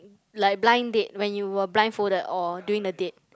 like blind date when you were blind folded or during the date